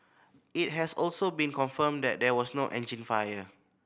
it has also been confirmed that there was no engine fire